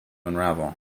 unravel